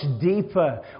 deeper